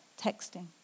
texting